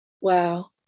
wow